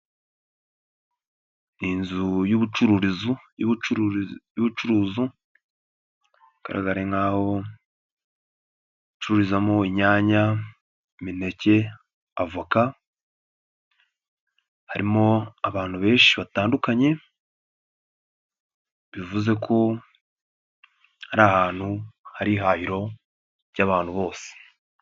Ni inzu y'ubucuru, inzu y'ubucuruzi y'ubucuruzi igaragara nk'ahocururizamwo inyanya, imineke, avoka, harimo abantu benshi batandukanye, bivuze ko hari ahantu hari ihahiro ry'abantu bose.